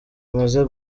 amaze